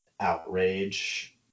outrage